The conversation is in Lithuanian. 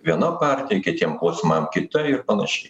viena partija kitiem klausimam kita ir panašiai